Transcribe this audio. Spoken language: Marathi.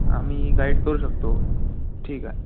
आम्ही गाईड करू शकतो ठीक आहे